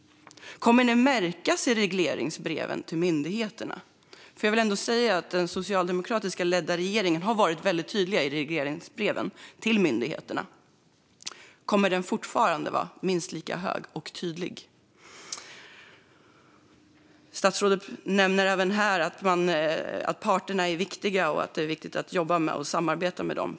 Kommer den att märkas i regleringsbreven till myndigheterna? Jag vill ändå säga att den socialdemokratiskt ledda regeringen har varit väldigt tydlig i regleringsbreven till myndigheterna. Kommer ambitionen fortsatt att vara minst lika hög och tydlig? Statsrådet nämner även att parterna är viktiga och att det är viktigt att jobba och samarbeta med dem.